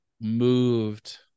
moved